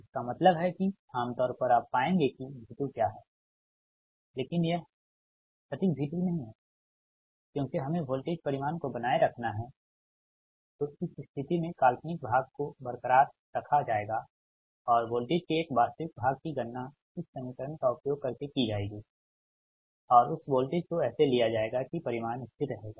इसका मतलब है कि आम तौर पर आप पाएंगे कि V2 क्या है लेकिन यह सटीक V2 नहीं है क्योंकि हमें वोल्टेज परिमाण को बनाए रखना है तो इस स्थिति में काल्पनिक भाग को बरकरार रखा जाएगा और वोल्टेज के एक वास्तविक भाग की गणना इस समीकरण का उपयोग करके की जाएगी और उस वोल्टेज को ऐसे लिया जाएगा कि परिमाण स्थिर रहेगा